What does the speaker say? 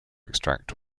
extract